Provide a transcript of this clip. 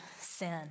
sin